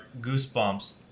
Goosebumps